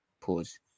Pause